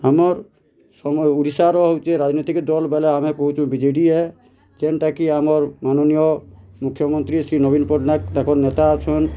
ଆମର୍ ସମୟ ଓଡ଼ିଶା ର ହଉଛି ରାଜନୀତିକ୍ ଦଲ୍ ବୋଲେ ଆମେ କହୁଛୁ ବିଜେଡ଼ି ହେ ଯେଣ୍ଟା କି ଆମର୍ ମାନନୀୟ ମୁଖ୍ୟ ମନ୍ତ୍ରୀ ଶ୍ରୀ ନବୀନ୍ ପଟ୍ଟନାୟକ ତାଙ୍କର୍ ନେତା ଅଛନ୍